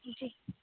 جی